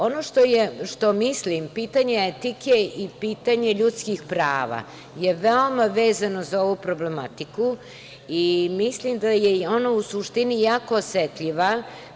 Ono što mislim, pitanje etike i pitanje ljudskih prava, veoma je vezano za ovu problematiku i mislim da je ono u suštini jako osetljiva stvar.